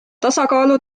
tasakaalu